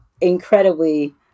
incredibly